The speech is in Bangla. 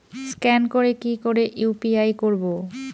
স্ক্যান করে কি করে ইউ.পি.আই করবো?